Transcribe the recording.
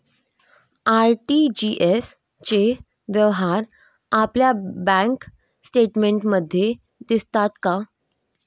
RTGS चे व्यवहार आपल्या बँक स्टेटमेंटमध्ये दिसतात का?